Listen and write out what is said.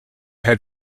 had